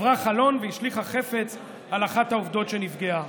שברה חלון והשליכה חפץ על אחת העובדות שנפגעה.